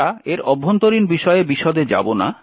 আমরা এর অভ্যন্তরীণ বিষয়ে বিশদে যাব না